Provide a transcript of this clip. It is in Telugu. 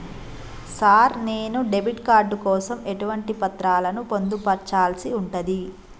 సార్ నేను డెబిట్ కార్డు కోసం ఎటువంటి పత్రాలను పొందుపర్చాల్సి ఉంటది?